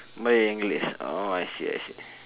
malay english orh I see I see